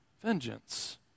vengeance